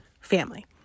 family